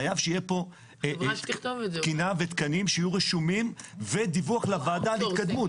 חייב שיהיה פה תקינה ותקנים שיהיו רשומים ודיווח לוועדה על התקדמות.